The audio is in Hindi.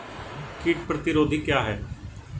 कीट प्रतिरोधी क्या है?